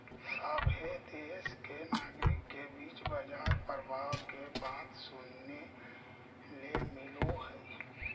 सभहे देश के नागरिक के बीच बाजार प्रभाव के बात सुने ले मिलो हय